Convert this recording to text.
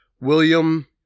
William